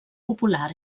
popular